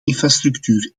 infrastructuur